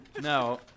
No